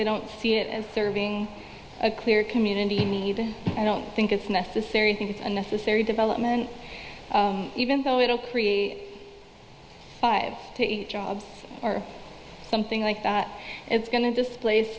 they don't see it and serving a clear community need i don't think it's necessary think it's a necessary development even though it will create five to eight jobs or something like that it's going to displace